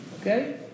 Okay